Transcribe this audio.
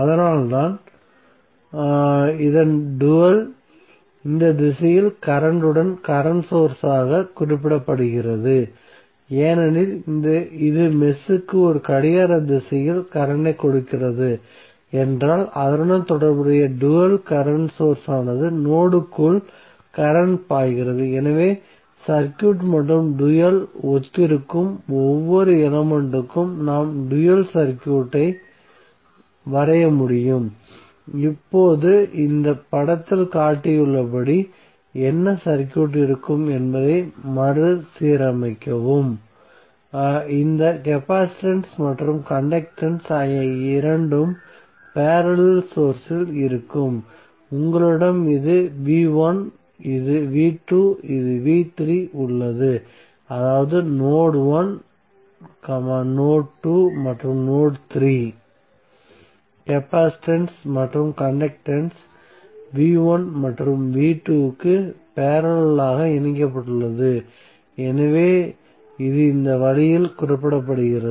அதனால்தான் இதன் டூயல் இந்த திசையில் கரண்ட உடன் கரண்ட் சோர்ஸ் ஆகக் குறிப்பிடப்படுகிறது ஏனெனில் இது மெஷ்க்கு ஒரு கடிகார திசையில் கரண்ட் ஐக் கொடுக்கிறது என்றால் அதனுடன் தொடர்புடைய டூயல் கரண்ட் சோர்ஸ் ஆனது நோடுக்குள் கரண்ட் பாய்கிறது எனவே சர்க்யூட் மற்றும் டூயல் ஒத்திருக்கும் ஒவ்வொரு எலமெண்ட் க்கும் நாம் டூயல் சர்க்யூட் வரைய முடியும் இப்போது இந்த படத்தில் காட்டப்பட்டுள்ளபடி என்ன சர்க்யூட் இருக்கும் என்பதை மறுசீரமைக்கவும் இந்த கெப்பாசிட்டன்ஸ் மற்றும் கண்டக்டன்ஸ் ஆகிய இரண்டும் பேரலல் சோர்ஸ் இல் இருக்கும் உங்களிடம் இது v1 இது v2 இது v3 உள்ளது அதாவது node1 node2 மற்றும் node3 கெப்பாசிட்டன்ஸ் மற்றும் கண்டக்டன்ஸ் v1 மற்றும் v2 க்கு பேரலல் ஆக இணைக்கப்பட்டுள்ளன எனவே இது இந்த வழியில் குறிப்பிடப்படுகிறது